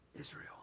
Israel